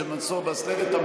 ושמנסור עבאס נגד.